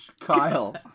Kyle